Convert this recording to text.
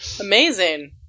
Amazing